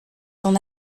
son